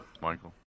Michael